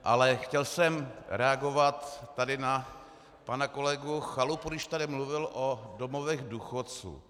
Ale chtěl jsem reagovat tady na pana kolegu Chalupu, když tady mluvil o domovech důchodců.